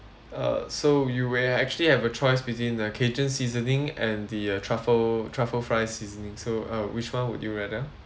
uh so you will actually have a choice between the cajun seasoning and the uh truffle truffle fries seasoning so uh which one would you rather